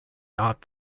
not